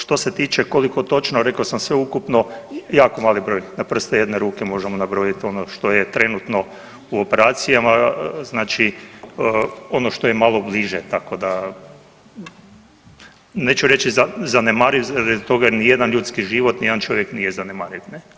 Što se tiče koliko točno, rekao sam sveukupno jako mali broj, na prste jedne ruke možemo nabrojiti ono što je trenutno u operacijama, znači ono što je malo bliže, tako da, neću reći zanemariv jer toga nijedan ljudski život, nijedan čovjek nije zanemariv, ne.